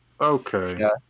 Okay